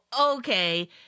Okay